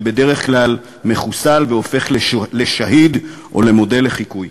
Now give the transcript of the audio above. שבדרך כלל מחוסל והופך לשהיד או למודל לחיקוי.